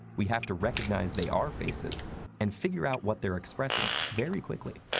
we have to recognize they are faces and figure out what they're expressing very quickly.